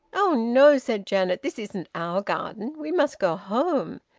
oh no! said janet. this isn't our garden. we must go home.